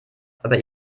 aber